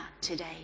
today